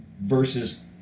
Versus